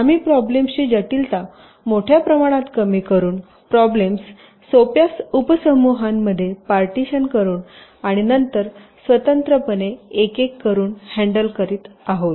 आम्ही प्रॉब्लेम ची जटिलता मोठ्या प्रमाणात कमी करून प्रॉब्लेम स सोप्या उपसमूहांमध्ये पार्टीशन करून आणि नंतर स्वतंत्रपणे एक एक करून हँडल आहोत